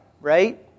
right